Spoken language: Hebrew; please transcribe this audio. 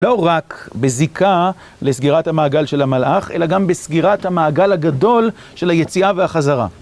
לא רק בזיקה לסגירת המעגל של המלאך, אלא גם בסגירת המעגל הגדול של היציאה והחזרה.